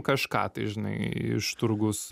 kažką tai žinai iš turgus